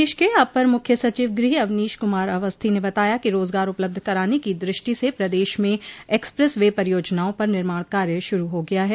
प्रदेश के अपर मुख्य सचिव गृह अवनीश कुमार अवस्थी ने बताया कि रोजगार उपलब्ध कराने की दृष्टि से प्रदेश में एक्सप्रेस वे परियोजनाओं पर निर्माण कार्य शुरू हो गया है